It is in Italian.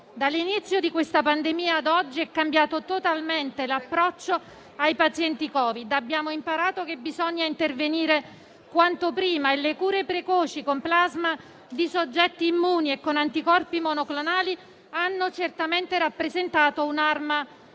Dall'inizio di questa pandemia ad oggi è cambiato totalmente l'approccio ai pazienti Covid: abbiamo imparato che bisogna intervenire quanto prima e le cure precoci con plasma di soggetti immuni e con anticorpi monoclonali hanno certamente rappresentato un'arma efficace.